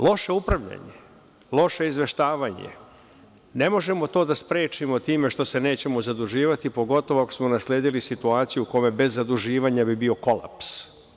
Loše upravljanje, loše izveštavanje, ne možemo to da sprečimo time što se nećemo zaduživati pogotovo ako smo nasledili situaciju u kome bez zaduživanja bi bio kolaps.